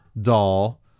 doll